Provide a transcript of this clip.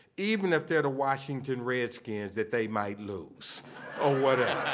even if they're the washington redskins, that they might lose or whatever,